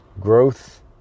Growth